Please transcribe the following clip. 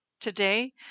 Today